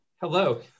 Hello